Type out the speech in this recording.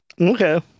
Okay